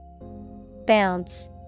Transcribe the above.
Bounce